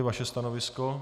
Vaše stanovisko?